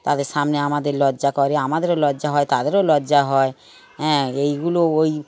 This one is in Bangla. তাদের সামনে আমাদের লজ্জা করে আমাদেরও লজ্জা হয় তাদেরও লজ্জা হয় হ্যাঁ এইগুলো ওই